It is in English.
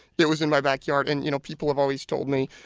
it was in my back yard and you know people have always told me,